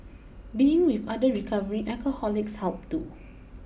being with other recovering alcoholics helped too